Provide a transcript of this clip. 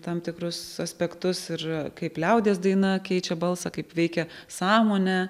tam tikrus aspektus ir kaip liaudies daina keičia balsą kaip veikia sąmonę